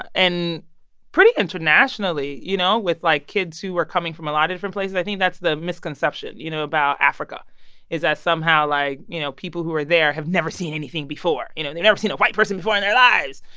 and pretty internationally, you know, with, like, kids who were coming from a lot of different places. i think that's the misconception, you know, about africa is that somehow, like, you know, people who are there have never seen anything before. you know, they've never seen a white person before in their lives.